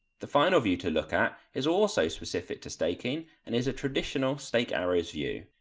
the final view to look at is also specific to staking and is a traditional stake arrows view.